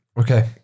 Okay